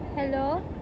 hello